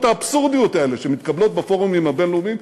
האבסורדיות האלה שמתקבלות בפורומים הבין-לאומיים,